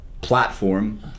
platform